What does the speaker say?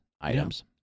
items